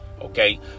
okay